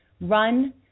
run